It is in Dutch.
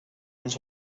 ons